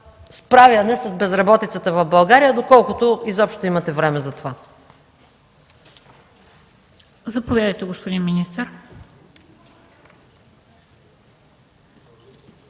справяне с безработицата в България, доколкото изобщо имате време за това?